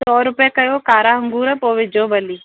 सौ रुपये कयो कारा अंगूर पोइ विझो भली